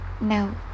No